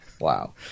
Wow